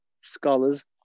scholars